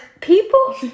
people